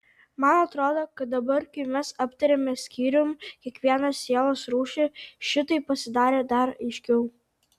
man atrodo kad dabar kai mes aptarėme skyrium kiekvieną sielos rūšį šitai pasidarė dar aiškiau